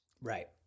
Right